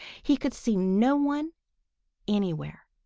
he could see no one anywhere.